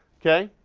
okay.